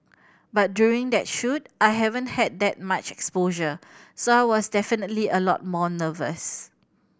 but during that shoot I haven't had that much exposure so I was definitely a lot more nervous